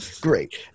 Great